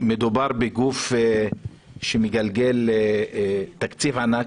מדובר בגוף שמגלגל תקציב ענק.